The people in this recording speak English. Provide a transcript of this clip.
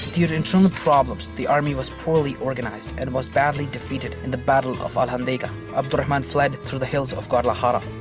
due to internal problems, the army was poorly organized and was badly defeated in the battle of alhandega. abd al-rahman fled through the hills to guadalajara.